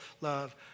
love